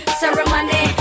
ceremony